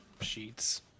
Sheets